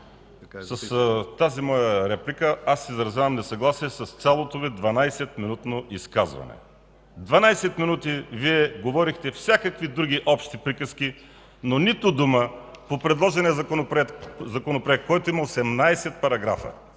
С тази моя реплика аз изразявам несъгласие с цялото Ви 12-минутно изказване. Дванадесет минути Вие говорихте всякакви други общи приказки, но нито дума по предложения законопроект, който има 18 параграфа.